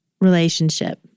relationship